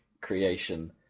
creation